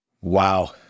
Wow